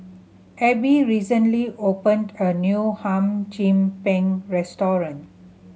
Abie recently opened a new Hum Chim Peng restaurant